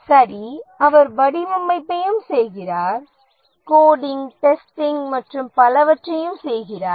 சரி அவர் வடிவமைப்பையும் செய்கிறார் கோடிங் டெஸ்டிங் மற்றும் பலவற்றையும் செய்கிறார்